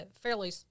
fairly